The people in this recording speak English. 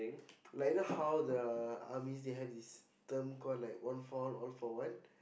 like you know how the armies they have this term called like one for all all for one